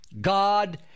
God